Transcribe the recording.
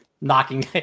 knocking